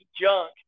junk